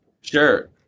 sure